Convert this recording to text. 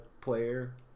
player